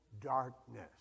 darkness